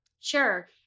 Sure